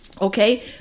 Okay